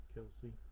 Kelsey